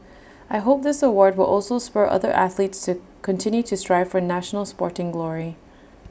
I hope this award will also spur other athletes to continue to strive for national sporting glory